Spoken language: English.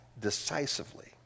decisively